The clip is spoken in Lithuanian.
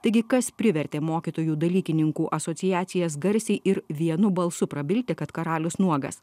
taigi kas privertė mokytojų dalykininkų asociacijas garsiai ir vienu balsu prabilti kad karalius nuogas